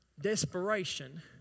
desperation